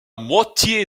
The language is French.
moitié